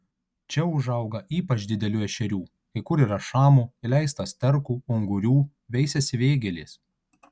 čia užauga ypač didelių ešerių kai kur yra šamų įleista sterkų ungurių veisiasi vėgėlės